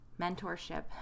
mentorship